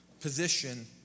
position